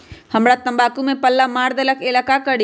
हमरा तंबाकू में पल्ला मार देलक ये ला का करी?